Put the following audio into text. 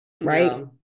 right